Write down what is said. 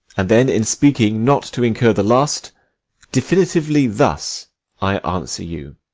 and then, in speaking, not to incur the last definitively thus i answer you.